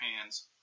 hands